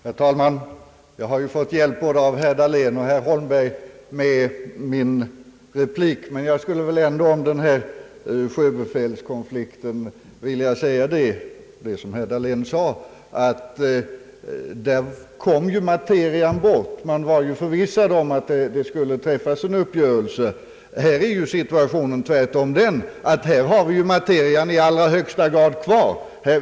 Herr talman! Jag har fått hjälp både av herr Dahlén och herr Holmberg med min replik, men jag skulle ändå beträffande sjöbefälskonflikten vilja säga att det är som herr Dahlén sade, att där kom materian bort. Man var förvissad om att det skulle träffas en uppgörelse. Här är situationen den, att här har vi materian i allra högsta grad kvar.